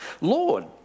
Lord